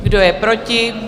Kdo je proti?